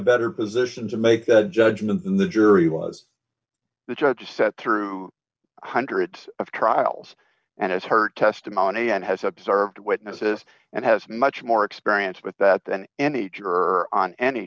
better position to make the judgment than the jury was the judge said through hundreds of trials and as her testimony and has observed witnesses and has much more experience with that than any juror on any